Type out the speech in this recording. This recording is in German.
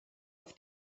auf